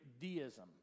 deism